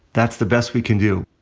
that's the best we can do.